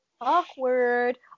Awkward